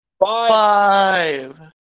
five